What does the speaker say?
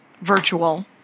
Virtual